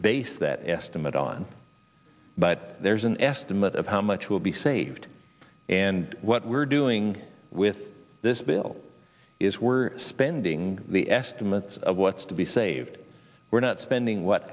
base that estimate on but there's an estimate of how much will be saved and what we're doing with this bill is we're spending the estimates of what's to be saved we're not spending what